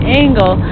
angle